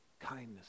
kindness